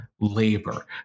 labor